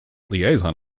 liaison